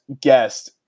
guest